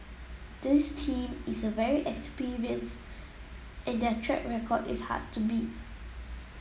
this team is a very experienced and their track record is hard to beat